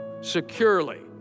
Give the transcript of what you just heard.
securely